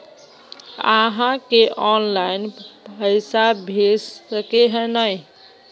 आहाँ के ऑनलाइन पैसा भेज सके है नय?